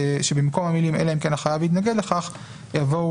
במקום המילים "אלא אם כן החייב התנגד לכך" יבואו